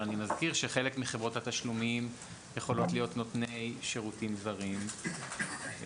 אני מזכיר שחלק מחברות התשלומים יכולות להיות נותני שירותים זרים ולקבל